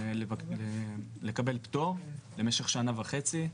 לקבל פטור למשך שנה וחצי,